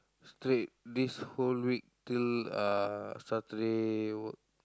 straight this whole week till uh Saturday work